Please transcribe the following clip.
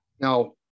Now